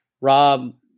Rob